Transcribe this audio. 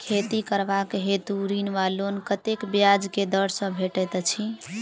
खेती करबाक हेतु ऋण वा लोन कतेक ब्याज केँ दर सँ भेटैत अछि?